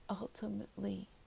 ultimately